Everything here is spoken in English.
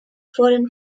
foreign